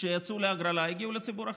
שיצאו להגרלה הגיעו לציבור החרדי,